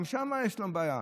גם שמה יש לו בעיה.